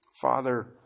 Father